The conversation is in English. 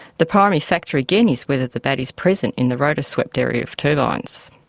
the primary factor again is whether the bat is present in the rotor swept area of turbines.